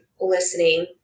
listening